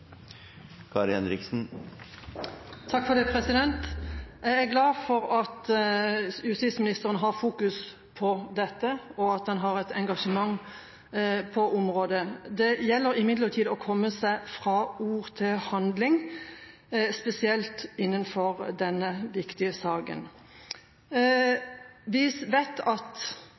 glad for at justisministeren har fokus på dette, og at han har et engasjement på området. Det gjelder imidlertid å komme seg fra ord til handling, spesielt innenfor denne viktige saken.